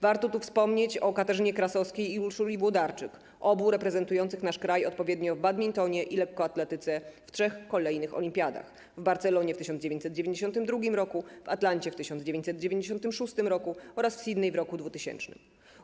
Warto tu wspomnieć o Katarzynie Krasowskiej i Urszuli Włodarczyk, obu reprezentujących nasz kraj odpowiednio w badmintonie i lekkoatletyce w trzech kolejnych olimpiadach - w Barcelonie w 1992 r., w Atlancie w 1996 r. oraz w Sydney w roku 2000.